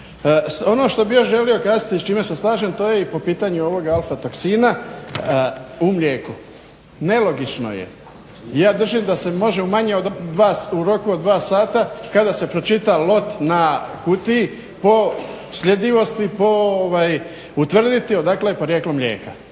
Ono što bi još želio kazati i s čime se slažem to je i po pitanju ovoga alfatoksina u mlijeku. Nelogično je, i ja držim da se može u manje od 2, u roku od 2 sata kada se pročita lot na kutiji po sljedivosti, po, utvrditi odakle je porijeklo mlijeka.